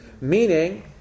Meaning